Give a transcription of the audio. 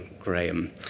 Graham